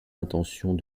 intentions